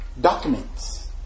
Documents